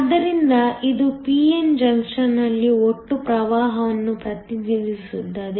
ಆದ್ದರಿಂದ ಇದು p n ಜಂಕ್ಷನ್ನಲ್ಲಿ ಒಟ್ಟು ಪ್ರವಾಹವನ್ನು ಪ್ರತಿನಿಧಿಸುತ್ತದೆ